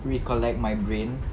recollect my brain